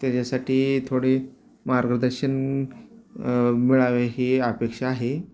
त्याच्यासाठी थोडे मार्गदर्शन मिळावे ही अपेक्षा आहे